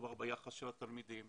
מדובר ביחס של התלמידים,